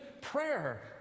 prayer